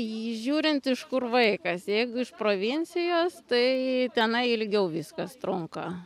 į jį žiūrint iš kur vaikas jeigu iš provincijos tai tenai ilgiau viskas trunka